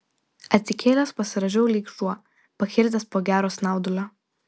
atsikėlęs pasirąžiau lyg šuo pakirdęs po gero snaudulio